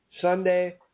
Sunday